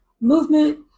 movement